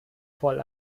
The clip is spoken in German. voll